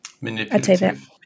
manipulative